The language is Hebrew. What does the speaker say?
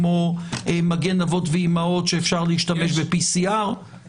כמו מגן אבות ואימהות שאפשר להשתמש ב-PCR.